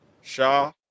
Shaw